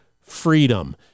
freedom